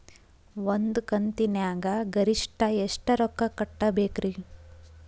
ಒಂದ್ ಕಂತಿನ್ಯಾಗ ಗರಿಷ್ಠ ಎಷ್ಟ ರೊಕ್ಕ ಕಟ್ಟಬೇಕ್ರಿ?